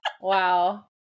Wow